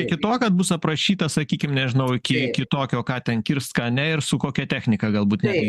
iki to kad bus aprašyta sakykim nežinau iki iki tokio ką ten kirst ką ne ir su kokia technika galbūt netgi